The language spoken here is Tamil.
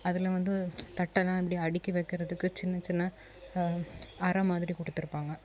அதில் வந்து தட்டெல்லாம் இப்படி அடுக்கி வைக்கிறதுக்கு சின்ன சின்ன அறை மாதிரி கொடுத்துருப்பாங்க